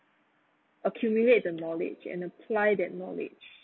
accumulate the knowledge and apply that knowledge